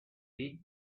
the